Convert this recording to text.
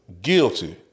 guilty